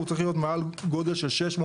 הוא צריך להיות מעל גודל של 600,